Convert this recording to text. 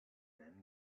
then